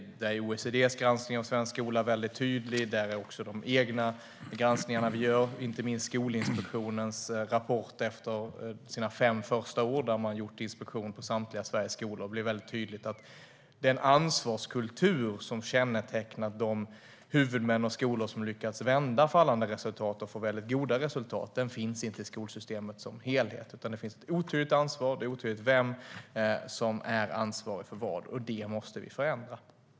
OECD:s granskning av svensk skola är tydlig. De granskningar vi själva gör, och inte minst Skolinspektionens rapporter efter inspektion på samtliga Sveriges skolor, visar tydligt att den ansvarskultur som kännetecknar de huvudmän och skolor som lyckats vända fallande resultat och göra goda resultat inte finns i skolsystemet som helhet. Ansvaret är otydligt. Det är otydligt vem som är ansvarig för vad. Det måste vi förändra.